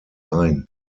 ein